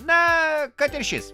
na kad ir šis